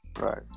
right